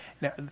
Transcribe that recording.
Now